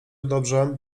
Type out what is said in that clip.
dobrze